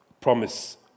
promise